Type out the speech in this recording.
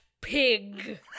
pig